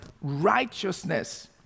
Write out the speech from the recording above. righteousness